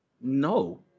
No